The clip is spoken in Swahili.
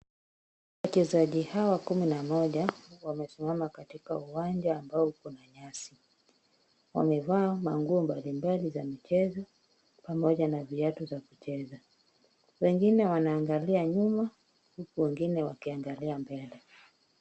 Wachezaji hawa kumi na mmoja wamesimama katika uwanja ambao uko na nyasi, wamevaa manguo mbalimbali za michezo pamoja na viatu za kucheza, wengine wanaangalia nyuma huku wengine wakiangalia mbele.